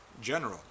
general